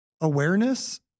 awareness